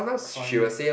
funny